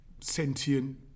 sentient